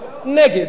נגד,